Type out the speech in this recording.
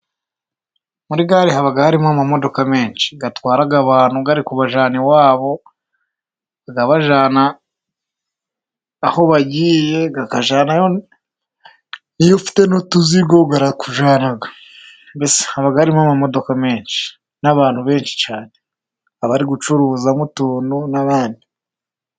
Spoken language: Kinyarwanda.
Muri gare haba harimo amamodoka menshi atwara abantu, ari kubajyana iwabo, abajyana aho bagiye. Abajyanayo, iyo ufite n'utuzigo barakujyana. Mbese haba harimo amamodoka menshi, n'abantu benshi cyane, abari gucuruzamo utuntu n'abandi.